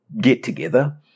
get-together